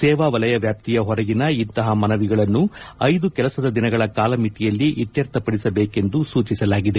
ಸೇವಾವಲಯ ವ್ಯಾಪ್ತಿಯ ಹೊರಗಿನ ಇಂತಹ ಮನವಿಗಳನ್ನು ಐದು ಕೆಲಸದ ದಿನಗಳ ಕಾಲಮಿತಿಯಲ್ಲಿ ಇತ್ಯರ್ಥಪಡಿಸಬೇಕೆಂದು ಸೂಚಿಸಲಾಗಿದೆ